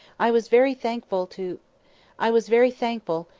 i was very thankful to i was very thankful,